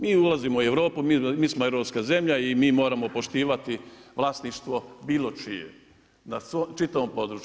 Mi ulazimo u Europu, mi smo europska zemlja i mi moramo poštivati vlasništvo bilo čije, na čitavom području.